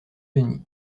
denis